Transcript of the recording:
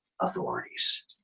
authorities